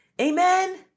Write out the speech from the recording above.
Amen